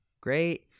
great